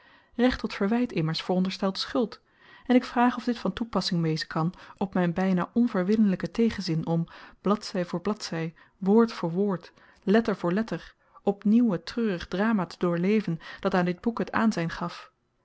recht tot verwyt immers veronderstelt schuld en ik vraag of dit van toepassing wezen kan op myn byna onverwinnelyken tegenzin om bladzy voor bladzy woord voor woord letter voor letter op nieuw het treurig drama te doorleven dat aan dit boek het aanzyn gaf